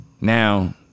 Now